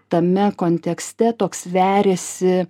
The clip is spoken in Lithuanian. tame kontekste toks veriasi